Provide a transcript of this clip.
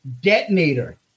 Detonator